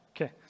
Okay